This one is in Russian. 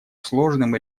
сложным